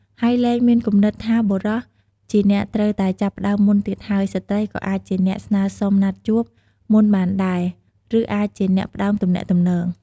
ហើយលែងមានគំនិតថាបុរសជាអ្នកត្រូវតែចាប់ផ្ដើមមុនទៀតហើយ ស្ត្រីក៏អាចជាអ្នកស្នើសុំណាត់ជួប មុនបានដែរ ឬអាចជាអ្នកផ្ដើមទំនាក់ទំនង។